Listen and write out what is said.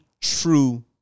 true